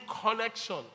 connection